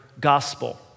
gospel